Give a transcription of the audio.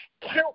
count